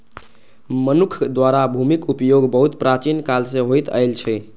मनुक्ख द्वारा भूमिक उपयोग बहुत प्राचीन काल सं होइत आयल छै